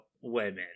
women